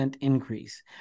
increase